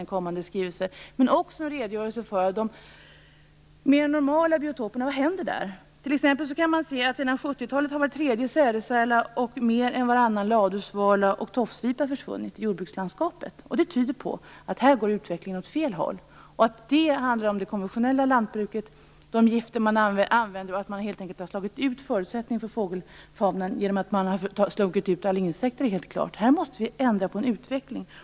Vi skulle också vilja ha en redogörelse som visar vad som händer med de mera normala biotoperna. T.ex. kan man se att sedan 70-talet har var tredje sädesärla och mer än varannan ladusvala och tofsvipa försvunnit i jordbrukslandskapet. Det tyder på att här går utvecklingen åt fel håll. Det handlar om det konventionella lantbruket och de gifter som används. Förutsättningarna har helt enkelt förstörts för fågelfaunan genom att alla insekter slagits ut. Det är helt klart. Här måste vi vända på utvecklingen.